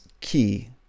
key